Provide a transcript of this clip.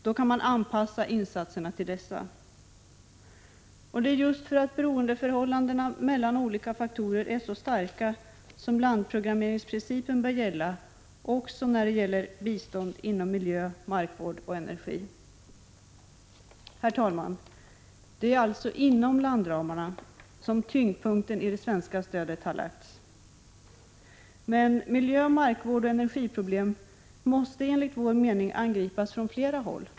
Då kan insatserna anpassas till dessa. Det är just därför att beroendeförhållandena mellan olika faktorer är så starka som landprogrammeringsprincipen bör gälla också för bistånd inom områdena miljö, markvård och energi. Herr talman! Det är således inom landramarna som tyngdpunkten i det svenska stödet har lagts. Men miljö-, markvårdsoch energiproblem måste enligt vår mening angripas från flera håll.